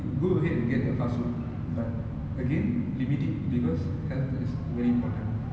go ahead and get your fast food but again limit it because health is very important